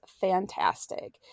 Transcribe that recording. fantastic